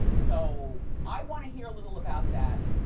so i want to hear a little about that.